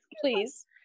please